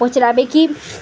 ପଚାରିବେ କି